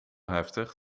heftig